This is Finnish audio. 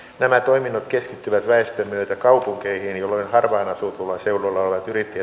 nämä toiminnot keskittyvät väestön myötä kaupunkeihin voi tarkkailla sukkuloi seudulla on pyritty